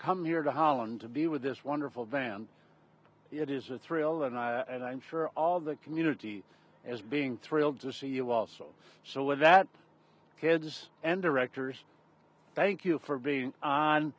come here to holland to be with this wonderful band it is a thrill and i and i'm sure all of the community is being thrilled to see you also so with that kids and directors thank you for being on